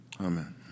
amen